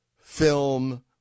film